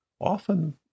Often